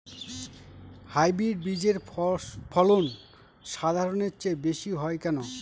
Hybrid বীজের ফলন সাধারণের চেয়ে বেশী হয় কেনো?